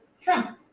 Trump